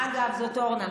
אגב, זאת אורנה.